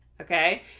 Okay